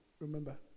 Remember